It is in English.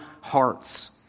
hearts